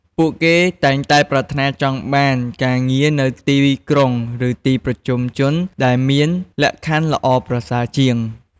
ពួកគេតែងតែប្រាថ្នាចង់បានការងារនៅទីក្រុង ឬទីប្រជុំជនដែលមានលក្ខខណ្ឌល្អប្រសើរជាង។